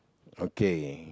okay